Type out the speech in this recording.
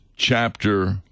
chapter